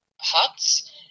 huts